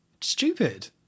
stupid